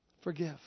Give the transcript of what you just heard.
Forgive